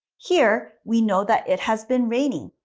here, we know that it has been raining.